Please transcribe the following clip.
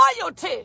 loyalty